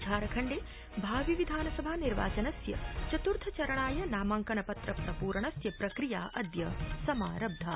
झारखण्डे भवि विधानसभा निर्वाचनस्य चतुर्थचरणाय नामांकन पत्र प्रपूरणस्य प्रक्रिया अद्य समारब्धा